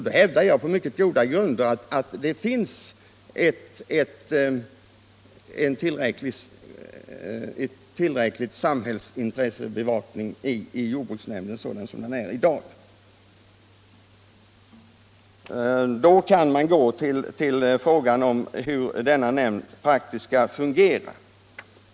Då hävdar jag på mycket goda grunder att detta samhällsintresse är tillräckligt väl bevakat i jordbruksnämnden med den sammansättning den har i dag. Det finns också anledning att ställa sig frågan hur denna nämnd praktiskt skall fungera.